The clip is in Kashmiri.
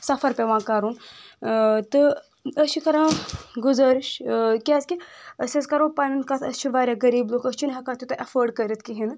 سفر پٮ۪وان کرُن تہٕ أسۍ چھِ کران گُزٲرِش کیٛازِ کہِ أسۍ حظ کرو پنٕنۍ کتھ أسۍ چھِ واریاہ غریٖب لُکھ أسۍ چھِنہٕ ہٮ۪کان تیوٗتاہ اٮ۪فٲڈ کٔرِتھ کہیٖنۍ نہٕ